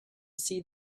see